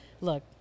look